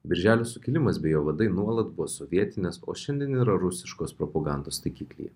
birželio sukilimas bei jo vadai nuolat buvo sovietinės o šiandien yra rusiškos propagandos taikiklyje